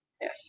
Yes